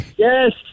Yes